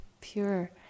pure